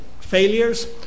failures